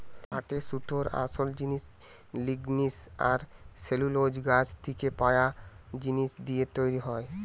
পাটের সুতোর আসোল জিনিস লিগনিন আর সেলুলোজ গাছ থিকে পায়া জিনিস দিয়ে তৈরি হয়